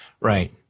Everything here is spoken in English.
Right